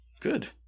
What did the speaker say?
good